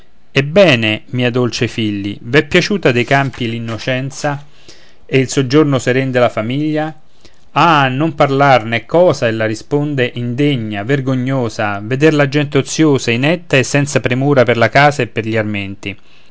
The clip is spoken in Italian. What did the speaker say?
ebben mia dolce filli v'è piaciuta dei campi l'innocenza e il soggiorno seren della famiglia ah non parlarne è cosa ella risponde indegna vergognosa veder la gente oziosa inetta e senza premura per la casa e per gli armenti